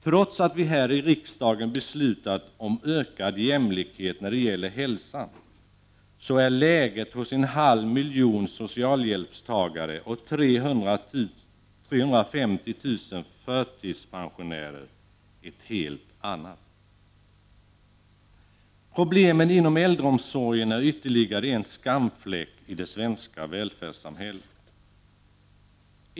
Trots att vi här i riksdagen beslutat om ökad jämlikhet när det gäller hälsa så är läget hos en halv miljon socialhjälpstagare och 350 000 förtidspensionärer ett helt annat. Problemen inom äldreomsorgen är ytterligare en skamfläck i det svenska välfärdssamhället.